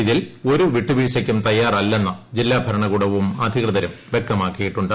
ഇതിൽ ഒരു വിട്ടു വീഴ്ചയ്ക്കും തയ്യാറല്ലെന്ന് ജില്ലാഭരണകൂടവും അധികൃതരും വ്യക്തമാക്കിയിട്ടുണ്ട്